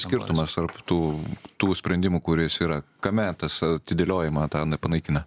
skirtumas tarp tų tų sprendimų kuris yra kame tas atidėliojimą tą panaikina